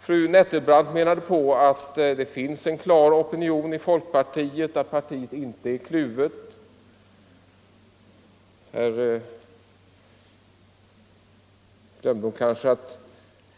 Fru Nettelbrandt menade att det finns en klar opinion i folkpartiet och att partiet inte är kluvet. Hon glömde kanske att